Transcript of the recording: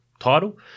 title